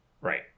right